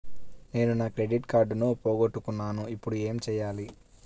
నేను నా క్రెడిట్ కార్డును పోగొట్టుకున్నాను ఇపుడు ఏం చేయాలి?